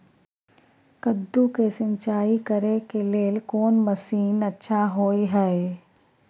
कद्दू के सिंचाई करे के लेल कोन मसीन अच्छा होय है?